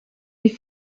die